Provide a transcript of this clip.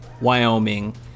Wyoming